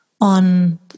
on